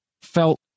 felt